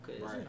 Right